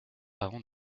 avant